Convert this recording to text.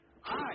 Hi